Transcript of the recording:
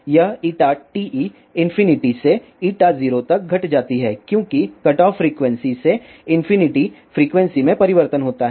यह TE infinity से 0 तक घट जाता है क्योंकि कटऑफ फ्रीक्वेंसी से इंफिनिटी फ्रीक्वेंसी में परिवर्तन होता है